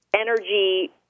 energy